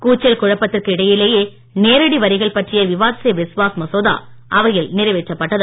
கூச்சல் குழப்பத்திற்கு இடையிலேயே நேரடி வரிகள் பற்றிய விவாத் ஸே விஸ்வாஸ் மசோதா அவையில் நிறைவேற்றப்பட்டது